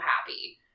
happy